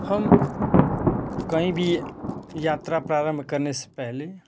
हम कहीं भी यात्रा प्रारंभ करने से पहले